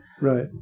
Right